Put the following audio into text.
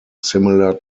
similar